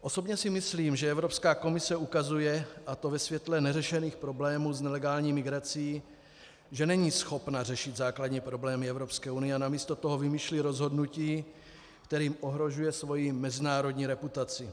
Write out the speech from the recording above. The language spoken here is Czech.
Osobně si myslím, že Evropská komise ukazuje, a to ve světle neřešených problémů s nelegální migrací, že není schopna řešit základní problémy Evropské unie a namísto toho vymýšlí rozhodnutí, kterým ohrožuje svoji mezinárodní reputaci.